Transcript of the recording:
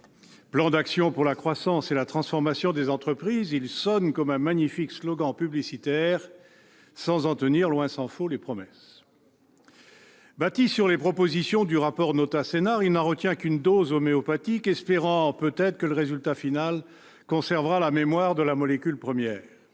Plan d'action pour la croissance et la transformation des entreprises. » Il sonne comme un magnifique slogan publicitaire, sans en tenir, tant s'en faut, les promesses. Bâti sur les propositions du rapport Notat-Senard, il n'en retient qu'une dose homéopathique, espérant peut-être que le résultat final conservera la mémoire de la molécule première.